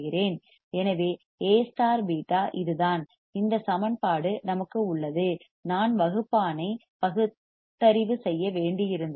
எனவே A β இதுதான் இந்த சமன்பாடு நமக்கு உள்ளது நான் வகுப்பானை பகுத்தறிவு செய்ய வேண்டியிருந்தது